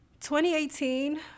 2018